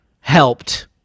helped